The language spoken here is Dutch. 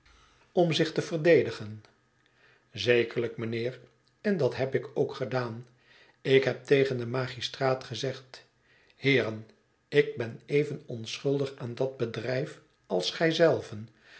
om zich te verdedigen zekerlijk mijnheer en dat heb ik ook gedaan ik heb tegen de magistraat gezegd heeren ik ben even onschuldig aan dat bedrijf als gij